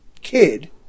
kid